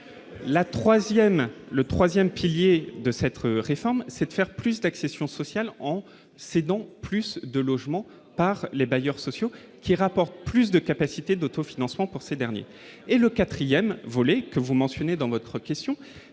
le 3ème pilier de s'être réforme c'est de faire plus d'accession sociale en cédant plus de logements par les bailleurs sociaux qui rapporte plus de capacité d'autofinancement pour ces derniers, et le 4ème volet que vous mentionnez dans votre question,